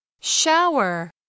shower